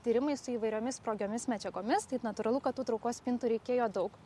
tyrimai su įvairiomis sprogiomis medžiagomis tai natūralu kad tų traukos spintų reikėjo daug